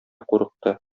курыкты